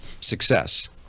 success